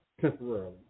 temporarily